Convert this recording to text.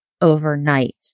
overnight